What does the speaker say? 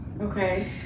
Okay